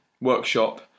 workshop